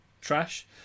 trash